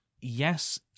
yes